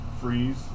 freeze